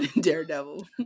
Daredevil